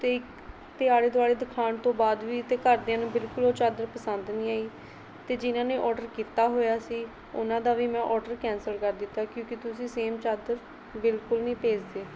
ਅਤੇ ਇੱਕ ਅਤੇ ਆਲ਼ੇ ਦੁਆਲ਼ੇ ਦਿਖਾਉਣ ਤੋਂ ਬਾਅਦ ਵੀ ਅਤੇ ਘਰਦਿਆਂ ਨੂੰ ਬਿਲਕੁਲ ਉਹ ਚਾਦਰ ਪਸੰਦ ਨਹੀਂ ਆਈ ਅਤੇ ਜਿਹਨਾਂ ਨੇ ਔਡਰ ਕੀਤਾ ਹੋਇਆ ਸੀ ਉਹਨਾਂ ਦਾ ਵੀ ਮੈਂ ਔਡਰ ਕੈਂਸਲ ਕਰ ਦਿੱਤਾ ਕਿਉਂਕਿ ਤੁਸੀਂ ਸੇਮ ਚਾਦਰ ਬਿਲਕੁਲ ਨਹੀਂ ਭੇਜਦੇ